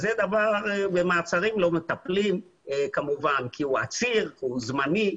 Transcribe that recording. במעצרים לא מטפלים כי הוא עציר והוא זמני.